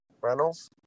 Reynolds